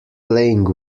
playing